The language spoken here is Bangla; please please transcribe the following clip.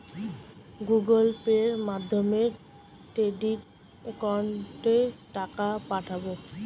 গুগোল পের মাধ্যমে ট্রেডিং একাউন্টে টাকা পাঠাবো?